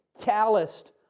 calloused